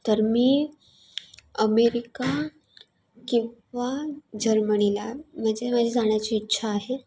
तर मी अमेरिका किंवा जर्मनीला म्हजे माझी जाण्याची इच्छा आहे